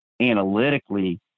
analytically